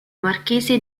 marchese